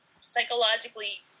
psychologically